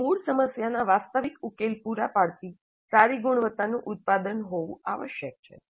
તે મૂળ સમસ્યાના વાસ્તવિક ઉકેલ પૂરા પાડતી સારી ગુણવત્તાનું ઉત્પાદન હોવું આવશ્યક છે